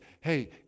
Hey